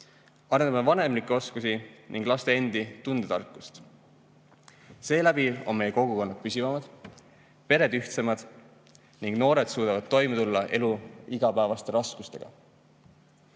arendame vanemlikke oskusi ning laste endi tundetarkust. Seeläbi on meie kogukonnad püsivamad, pered ühtsemad ning noored suudavad toime tulla elu igapäevaste raskustega.